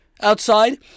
outside